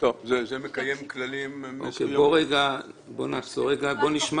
זה מקיים כללים --- בוא נעצור רגע ונשמע